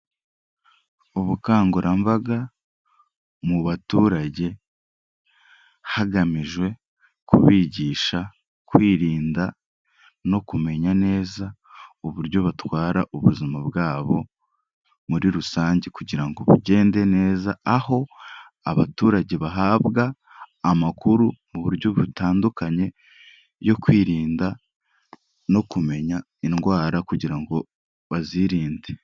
Ubukangurambaga mu baturage hagamijwe kubigisha kwirinda no kumenya neza uburyo batwara ubuzima bwabo, muri rusange kugira ngo bugende neza aho abaturage bahabwa amakuru mu buryo butandukanye yo kwirinda no kumenya indwara kugira ngo bazirinde.